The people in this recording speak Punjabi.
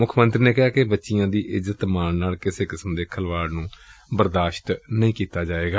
ਮੁੱਖ ਮੰਤਰੀ ਨੇ ਕਿਹੈ ਕਿ ਬੱਚੀਆਂ ਦੀ ਇੱਜ਼ਤ ਮਾਣ ਨਾਲ ਕਿਸੇ ਕਿਸਮ ਦੇ ਖਿਲਵਾੜ ਨੂੰ ਬਰਦਾਸ਼ਤ ਨਹੀਂ ਕੀਤਾ ਜਾਵੇਗਾ